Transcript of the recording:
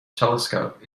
telescope